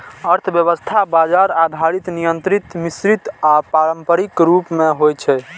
अर्थव्यवस्था बाजार आधारित, नियंत्रित, मिश्रित आ पारंपरिक रूप मे होइ छै